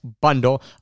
bundle